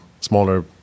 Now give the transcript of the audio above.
smaller